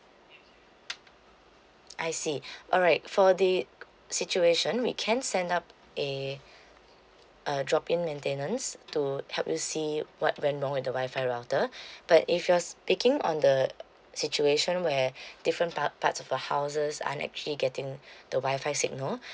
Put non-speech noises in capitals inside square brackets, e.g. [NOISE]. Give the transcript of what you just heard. I see [BREATH] alright for the situation we can send out a uh drop in maintenance to help you see what went wrong with the wi-fi router [BREATH] but if you're speaking on the situation where [BREATH] different part parts of a house's aren't actually getting [BREATH] the wi-fi signal [BREATH]